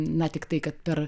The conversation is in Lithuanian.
na tiktai kad per